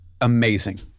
Amazing